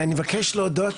אני מבקש להודות